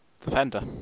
defender